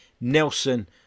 Nelson